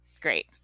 Great